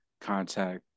contact